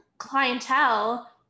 clientele